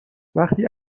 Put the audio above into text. وقتی